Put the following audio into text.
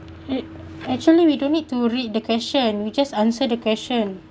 it actually we don't need to read the question we just answer the question